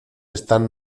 están